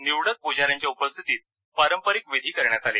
निवडक पुजाऱ्यांच्या उपस्थितीत पारंपरिक विधी करण्यात आले